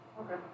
Okay